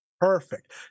perfect